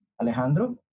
Alejandro